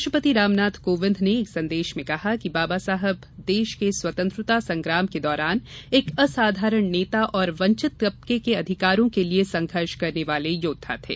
राष्ट्रपति रामनाथ कोविंद ने एक संदेश में कहा कि बाबा साहब देश के स्वतंत्रता संग्राम के दौरान एक असाधारण नेता और वंचित तबके के अधिकारों के लिए संघर्ष करने वाले योद्वा थे